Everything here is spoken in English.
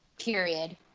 Period